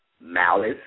malice